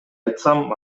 айтсам